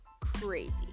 crazy